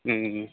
हूं